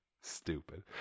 stupid